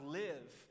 live